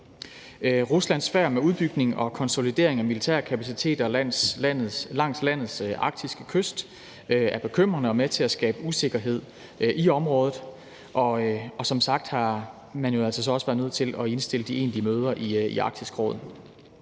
Ruslands færd med udbygning og konsolidering af militær kapacitet langs landets arktiske kyst er bekymrende og er med til at skabe usikkerhed i området, og som sagt har man jo altså så også været nødt til at indstille de egentlige møder i Arktisk Råd.